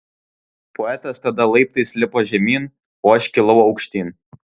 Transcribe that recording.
poetas tada laiptais lipo žemyn o aš kilau aukštyn